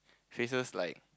faces like